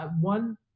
one